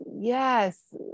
yes